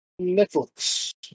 Netflix